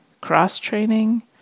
cross-training